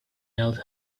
else